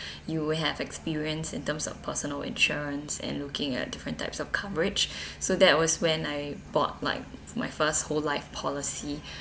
you have experience in terms of personal insurance and looking at different types of coverage so that was when I bought like my first whole life policy